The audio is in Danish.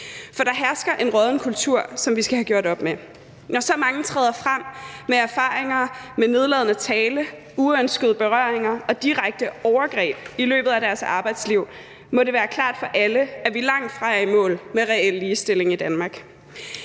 for der hersker en rådden kultur, som vi skal have gjort op med. Når så mange træder frem med erfaringer om nedladende tale, uønskede berøringer og direkte overgreb i løbet af deres arbejdsliv, må det være klart for alle, at vi langtfra er i mål med reel ligestilling i Danmark.